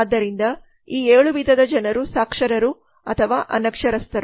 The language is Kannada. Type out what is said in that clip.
ಆದ್ದರಿಂದ ಈ 7 ವಿಧದ ಜನರು ಸಾಕ್ಷರರು ಅಥವಾ ಅನಕ್ಷರಸ್ಥರು